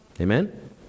Amen